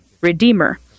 redeemer